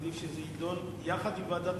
עדיף שיידון יחד עם ועדת